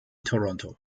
toronto